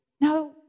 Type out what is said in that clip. No